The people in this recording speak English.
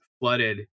flooded